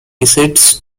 decides